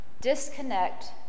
disconnect